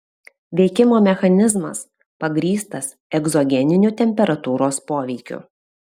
veikimo mechanizmas pagrįstas egzogeniniu temperatūros poveikiu